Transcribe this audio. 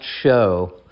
show